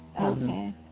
Okay